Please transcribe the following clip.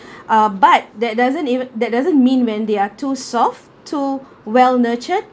uh but that doesn't even that doesn't mean when they are too soft too well nurtured